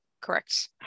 Correct